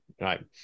Right